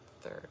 third